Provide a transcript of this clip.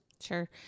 Sure